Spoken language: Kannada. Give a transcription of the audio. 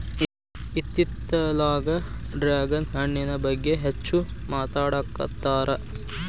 ಇತ್ತಿತ್ತಲಾಗ ಡ್ರ್ಯಾಗನ್ ಹಣ್ಣಿನ ಬಗ್ಗೆ ಹೆಚ್ಚು ಮಾತಾಡಾಕತ್ತಾರ